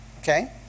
Okay